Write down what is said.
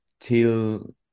till